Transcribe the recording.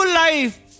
life